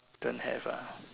don't have ah